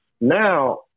now